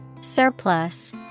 Surplus